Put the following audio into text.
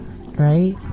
Right